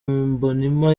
mbonimpa